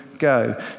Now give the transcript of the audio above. Go